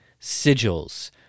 sigils